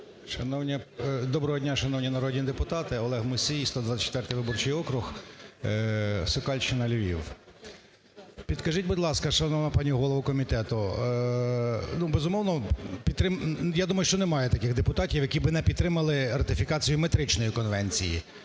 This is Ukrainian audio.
Доброго дня, шановні народні депутати! Олег Мусій, 124 виборчий округ, Сокальщина, Львів. Підкажіть, будь ласка, шановна пані голово комітету, безумовно, я думаю, що немає таких депутатів, які б не підтримали ратифікацію Метричної конвенції.